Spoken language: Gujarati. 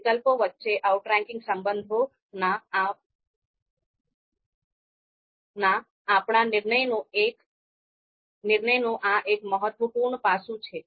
વિકલ્પો વચ્ચેના આઉટરેંકિંગ સંબંધોના આપણા નિર્માણનું આ એક મહત્વપૂર્ણ પાસું છે